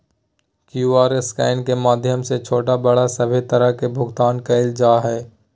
QR scan के माध्यम से छोटा बड़ा सभे तरह के भुगतान कइल जा हइ